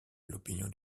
l’opinion